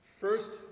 first